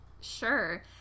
Sure